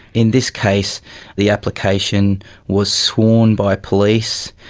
in this case the application was sworn by police,